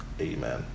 Amen